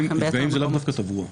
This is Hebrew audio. מפגעים זה לאו דווקא תברואה.